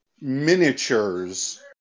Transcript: miniatures